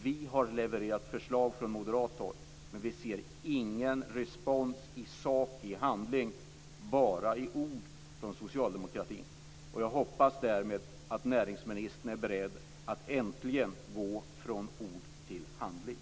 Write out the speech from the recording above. Vi har levererat förslag från moderat håll, men vi ser ingen respons i sak i handling utan bara i ord från socialdemokratin. Jag hoppas därmed att näringsministern är beredd att äntligen gå från ord till handling.